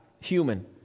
human